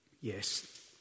yes